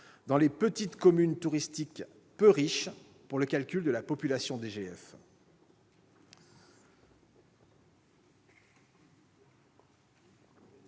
dans les petites communes touristiques peu riches pour le calcul de la « population DGF